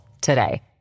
today